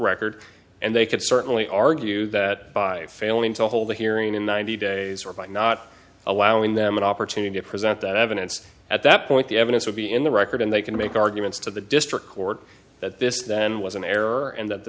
record and they could certainly argue that by failing to hold a hearing in ninety days or by not allowing them an opportunity to present that evidence at that point the evidence would be in the record and they can make arguments to the district court that this then was an error and that the